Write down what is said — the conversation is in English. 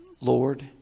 Lord